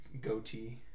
goatee